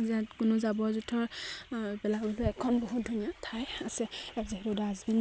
ইয়াত কোনো জাবৰ জোথৰ পেলাবলৈ এখন বহুত ধুনীয়া ঠাই আছে যিহেতু ডাষ্টবিন